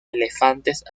elefantes